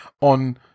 on